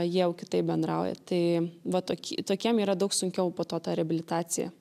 jie jau kitaip bendrauja tai va tokį tokiem yra daug sunkiau po to ta reabilitacija